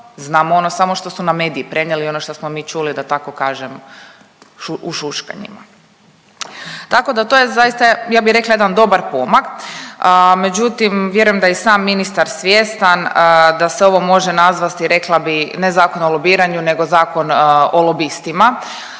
Znamo ono samo što su nam mediji prenijeli i ono što smo mi čuli da tako kažem u šuškanjima. Tako da to je zaista ja bi rekla jedan dobar pomak, međutim vjerujem da je i sam ministar svjestan da se ovo može nazvati rekla bi ne Zakon o lobiranju nego Zakon o lobistima,